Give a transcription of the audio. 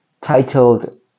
Titled